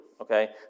okay